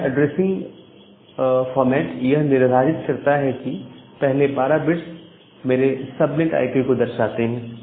तो यह address format यह निर्धारित करता है कि पहले 12 बिट्स मेरे सब नेट आईपी को दर्शाते हैं